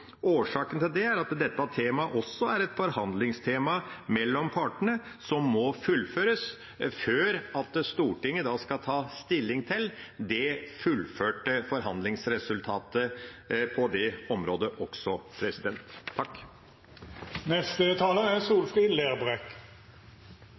Årsaken til det er at dette temaet også er et forhandlingstema mellom partene som må fullføres før Stortinget skal ta stilling til det fullførte forhandlingsresultatet på dette området også.